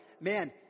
man